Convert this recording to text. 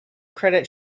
credit